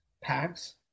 packs